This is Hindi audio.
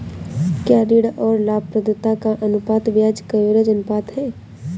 क्या ऋण और लाभप्रदाता का अनुपात ब्याज कवरेज अनुपात है?